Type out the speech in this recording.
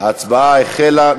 ההצבעה החלה.